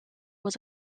was